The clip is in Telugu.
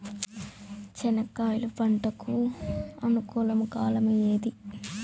చెనక్కాయలు పంట కు అనుకూలమా కాలం ఏది?